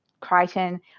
Crichton